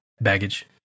baggage